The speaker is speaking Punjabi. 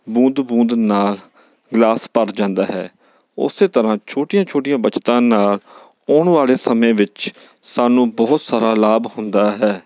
ਬੂੰਦ ਬੂੰਦ ਨਾਲ ਗਿਲਾਸ ਭਰ ਜਾਂਦਾ ਹੈ ਉਸੇ ਤਰ੍ਹਾਂ ਛੋਟੀਆਂ ਛੋਟੀਆਂ ਬੱਚਤਾਂ ਨਾਲ ਆਉਣ ਵਾਲੇ ਸਮੇਂ ਵਿੱਚ ਸਾਨੂੰ ਬਹੁਤ ਸਾਰਾ ਲਾਭ ਹੁੰਦਾ ਹੈ